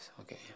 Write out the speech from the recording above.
okay